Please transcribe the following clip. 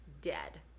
dead